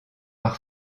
par